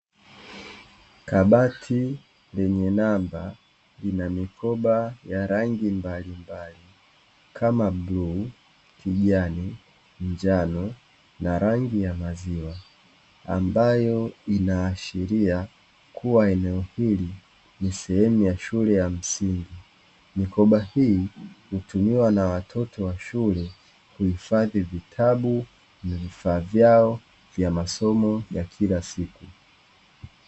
Kabati lenye namba lina mikoba ya rangi mbalimbali, kama: bluu, kijani, njano na rangi ya maziwa. Ambayo inaashiria kuwa eneo hili ni sehemu ya shule ya msingi. Mikoba hii hutumiwa na watoto wa shule, kuhifadhi vitabu vifaa vyao vya masomo ya kila siku.